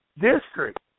district